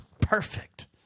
perfect